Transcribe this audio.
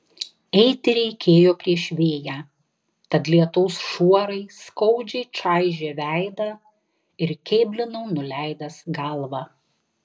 eiti reikėjo prieš vėją tad lietaus šuorai skaudžiai čaižė veidą ir kėblinau nuleidęs galvą